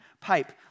pipe